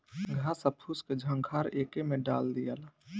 घास आ फूस के झंखार एके में डाल दियाला